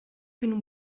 been